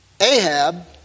Ahab